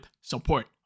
support